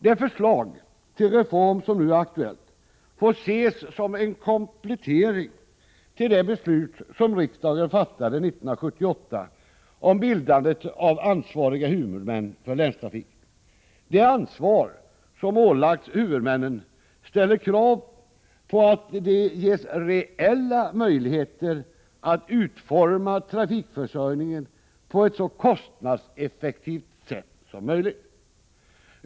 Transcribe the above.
Det förslag till reform som nu är aktuellt får ses som en komplettering till det beslut riksdagen fattade 1978 om bildandet av ansvariga huvudmän för länstrafiken. Det ansvar som ålagts huvudmännen ställer krav på att de ges reella möjligheter att utforma trafikförsörjningen på ett så kostnadseffektivt sätt som möjligt.